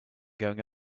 going